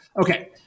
Okay